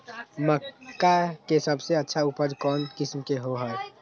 मक्का के सबसे अच्छा उपज कौन किस्म के होअ ह?